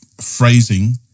phrasing